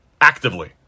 actively